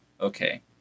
okay